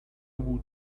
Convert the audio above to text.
woot